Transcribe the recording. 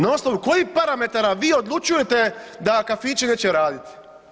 Na osnovu kojih parametara vi odlučujete da kafići neće raditi?